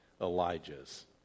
Elijah's